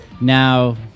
Now